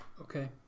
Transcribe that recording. Okay